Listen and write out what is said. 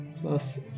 Plus